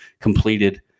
completed